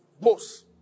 Boss